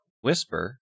whisper